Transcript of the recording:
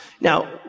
Now